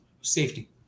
safety